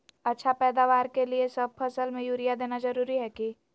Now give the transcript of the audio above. अच्छा पैदावार के लिए सब फसल में यूरिया देना जरुरी है की?